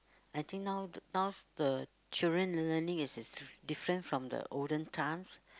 I think now now the children learning is different from the olden times